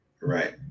Right